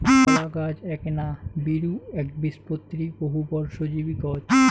কলাগছ এ্যাকনা বীরু, এ্যাকবীজপত্রী, বহুবর্ষজীবী গছ